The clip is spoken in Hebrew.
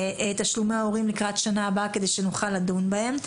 תשלומי ההורים לקראת שנה הבאה כדי שנוכל לדון בהם.